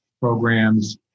programs